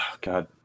God